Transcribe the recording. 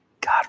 God